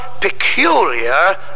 peculiar